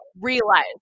realize